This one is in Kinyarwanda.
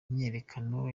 myiyerekano